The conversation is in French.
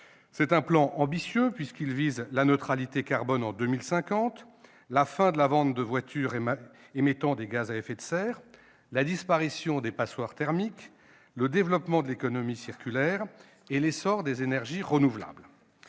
Ce plan est ambitieux puisqu'il vise la neutralité carbone en 2050, la fin de la vente de voitures émettant des gaz à effet de serre, la disparition des passoires thermiques, le développement de l'économie circulaire et l'essor des énergies renouvelables.